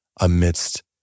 amidst